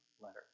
letter